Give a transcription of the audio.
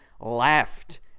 laughed